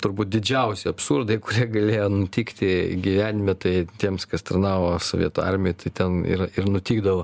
turbūt didžiausi absurdai kurie galėjo nutikti gyvenime tai tiems kas tarnavo sovietų armijoj tai ten yra ir nutykdavo